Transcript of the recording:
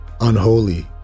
unholy